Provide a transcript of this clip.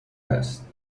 است